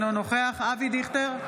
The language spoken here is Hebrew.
אינו נוכח אבי דיכטר,